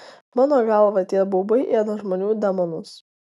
mano galva tie baubai ėda žmonių demonus